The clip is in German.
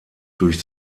durch